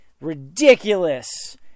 ridiculous